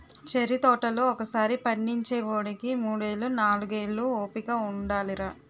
cherry తోటలు ఒకసారి పండించేవోడికి మూడేళ్ళు, నాలుగేళ్ళు ఓపిక ఉండాలిరా